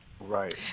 right